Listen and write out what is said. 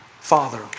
Father